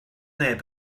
neb